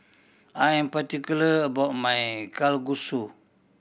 I am particular about my Kalguksu